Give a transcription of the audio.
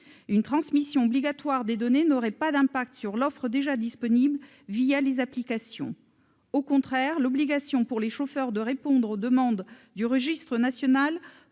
Une transmission obligatoire des données n'aurait pas d'impact sur l'offre déjà disponible les applications. Au contraire, si les chauffeurs étaient tenus de répondre aux demandes du registre national,